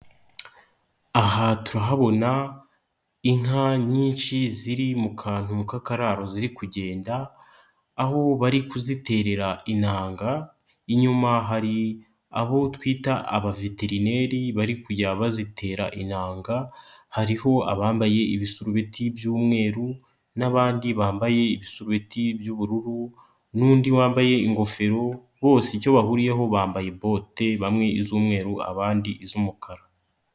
Aha turahabona inka nyinshi ziri mu kantu k'akarararo ziri kugenda aho bari kuziterera inanga, inyuma hari abo twita abaveterineri bari kujya bazitera inanga, hariho abambaye ibisurubeti'iby'umweru n'abandi bambaye ibisurubeti by'ubururu, n'undi wambaye ingofero bose icyo bahuriyeho bambaye bote bamwe iz'umweru abandi iz'umukara.